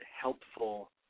helpful